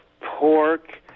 pork